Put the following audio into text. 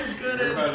good as.